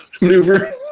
maneuver